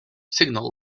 signal